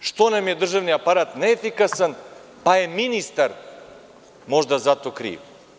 Sada se čude što nam je državni aparat neefikasan, pa im je ministar možda za to kriv.